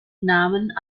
nahmen